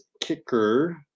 kicker